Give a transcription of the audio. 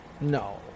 No